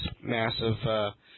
massive